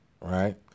right